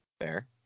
fair